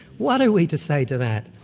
what are we to say to that?